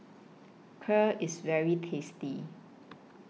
Kheer IS very tasty